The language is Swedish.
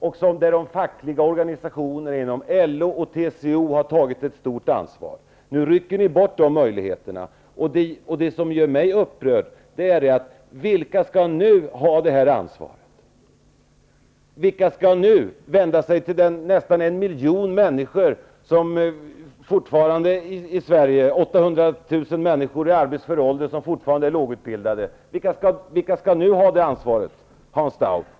Där har de fackliga organisationerna inom LO och TCO tagit ett stort ansvar. Nu rycker ni bort de möjligheterna. Det som gör mig upprörd är frågan vilka som nu skall ha detta ansvar. Vilka skall nu vända sig till de 800 000 människor i arbetsför ålder i Sverige som fortfarande är lågutbildade? Vilka skall nu ha det ansvaret, Hans Dau?